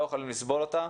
לא יכולים לסבול אותה.